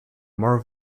more